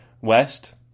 West